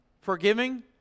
forgiving